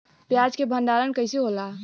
प्याज के भंडारन कइसे होला?